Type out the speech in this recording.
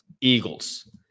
Eagles